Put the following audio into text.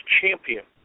champion